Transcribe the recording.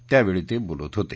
त्यावेळी ते बोलत होते